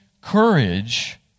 courage